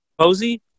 Posey